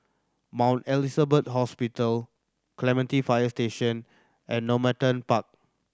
Mount Elizabeth Hospital Clementi Fire Station and Normanton Park